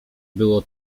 było